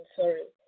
sorry